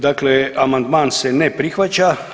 Dakle, amandman se ne prihvaća.